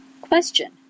Question